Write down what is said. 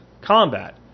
combat